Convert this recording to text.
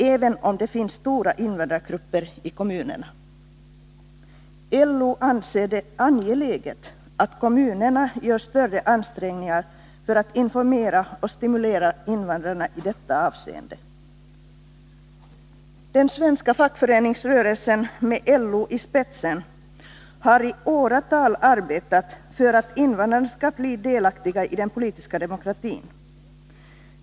Även om det finns stora invandrargrupper i kommunerna. LO anser det angeläget att kommunerna gör större ansträngningar för att informera och stimulera invandrarna i detta avseende.” Den svenska fackföreningsrörelsen, med LO i spetsen, har i åratal arbetat för att invandrarna skall bli delaktiga i den politiska demokratin.